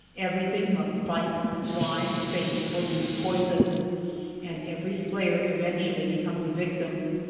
every thing must fight, fly, feint, or use poison and every slayer eventually becomes a victim.